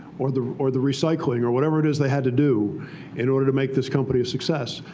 or the or the recycling, or whatever it is they had to do in order to make this company a success.